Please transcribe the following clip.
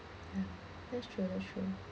ya that's true that's true